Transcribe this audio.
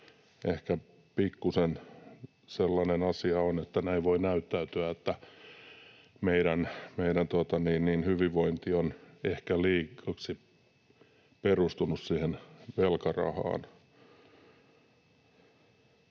ehkä pikkuisen sellainen asia on, että näin voi näyttäytyä, että meidän hyvinvointimme on ehkä liiaksi perustunut siihen velkarahaan.